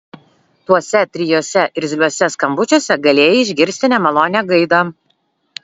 tuose trijuose irzliuose skambučiuose galėjai išgirsti nemalonią gaidą